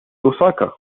أوساكا